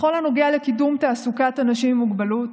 בכל הנוגע לקידום תעסוקת אנשים עם מוגבלות,